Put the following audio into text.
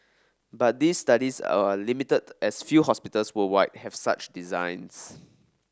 but these studies are limited as few hospitals worldwide have such designs